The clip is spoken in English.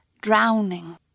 Drowning